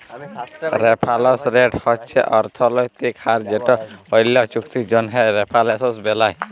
referrals rate হছে অথ্থলৈতিক হার যেট অল্য চুক্তির জ্যনহে রেফারেলস বেলায়